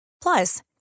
Plus